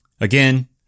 Again